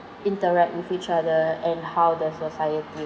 interact with each other and how the society